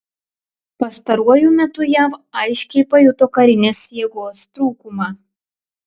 pastaruoju metu jav aiškiai pajuto karinės jėgos trūkumą